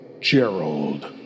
Gerald